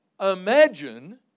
imagine